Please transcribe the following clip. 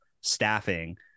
staffing